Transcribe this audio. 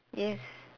yes